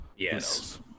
yes